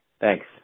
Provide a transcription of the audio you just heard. Thanks